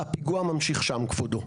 הפיגוע ממשיך שם כבודו.